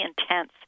intense